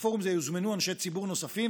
יוזמנו אנשי ציבור נוספים,